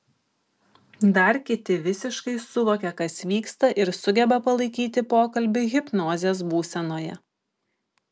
dar kiti visiškai suvokia kas vyksta ir sugeba palaikyti pokalbį hipnozės būsenoje